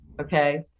okay